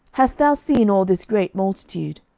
hast thou seen all this great multitude?